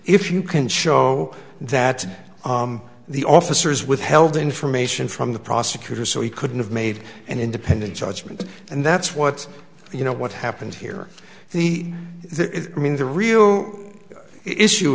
if you can show that the officers withheld information from the prosecutor so he couldn't have made an independent judgment and that's what you know what happened here he mean the real issue